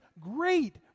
great